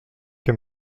que